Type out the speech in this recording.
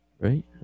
Right